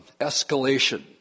escalation